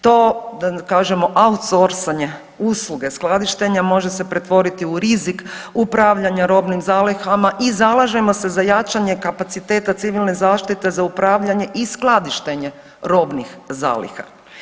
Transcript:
To kažemo outsorsanje usluge skladištenja može se pretvoriti u rizik upravljanja robnim zalihama i zalažemo se za jačanje kapaciteta civilne zaštite za upravljanje i skladištenje robnih zaliha.